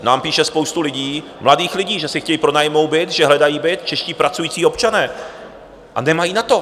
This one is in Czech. Nám píše spousta lidí, mladých lidí, že si chtějí pronajmout byt, že hledají byt, čeští pracující občané, a nemají na to.